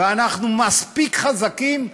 ואנחנו מספיק חזקים,